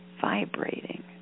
vibrating